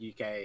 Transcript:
UK